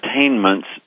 entertainments